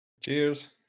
Cheers